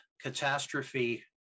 catastrophe